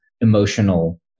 emotional